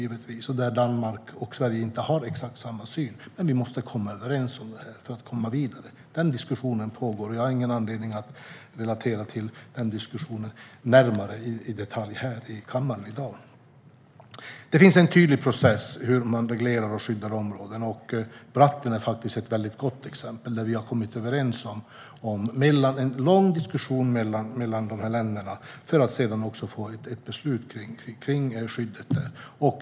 Sverige och Danmark har inte exakt samma syn, men vi måste komma överens om detta för att komma vidare. Diskussionen pågår, och jag har ingen anledning att här i kammaren i dag gå närmare in i detalj på den. Det finns alltså en tydlig process för hur man reglerar och skyddar områden. Bratten är ett gott exempel. Där har vi kommit överens efter en lång diskussion mellan länderna och har kommit fram till ett beslut om skyddet där.